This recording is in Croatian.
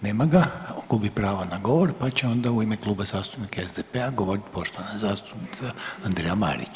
Nema ga, gubi pravo na govor, pa će onda u ime Kluba zastupnika SDP-a govorit poštovana zastupnica Andreja Marić.